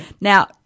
now